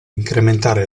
incrementare